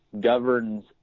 governs